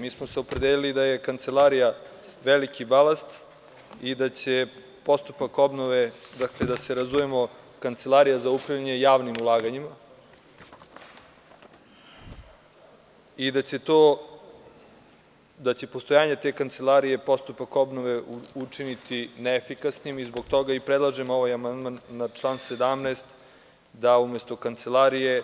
Mi smo se opredelili da je Kancelarija veliki balast i da će postupak obnove, dakle, da se razumemo, Kancelarija za upravljanje javnim ulaganjima i da će postojanje te kancelarije postupak obnove učiniti neefikasnim i zbog toga predlažem amandman na član 17. da umesto Kancelarije